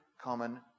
common